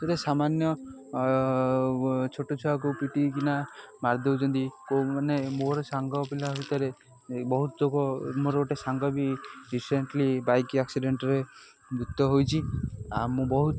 ଗୋଟେ ସାମାନ୍ୟ ଛୋଟ ଛୁଆକୁ ପିଟିିକିନା ମାରିଦେଉଛନ୍ତି କୋଉ ମାନେ ମୋର ସାଙ୍ଗ ପିଲା ଭିତରେ ବହୁତ ଲୋକ ମୋର ଗୋଟେ ସାଙ୍ଗ ବି ରିସେଣ୍ଟଲି ବାଇକ ଆକ୍ସିଡେଣ୍ଟରେ ମୃତ ହୋଇଛି ଆଉ ମୁଁ ବହୁତ